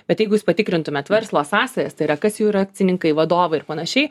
bet jeigu jūs patikrintumėt verslo sąsajas tai yra kas jų yra akcininkai vadovai ir panašiai